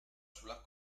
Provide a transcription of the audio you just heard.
sulla